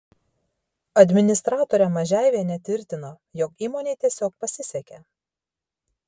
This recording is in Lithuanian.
administratorė mažeivienė tvirtino jog įmonei tiesiog pasisekė